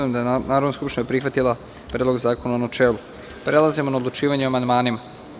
je Narodna skupština prihvatila Predlog zakona u načelu, prelazimo na odlučivanje o amandmanima.